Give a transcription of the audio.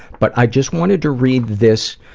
but i just wanted to read this,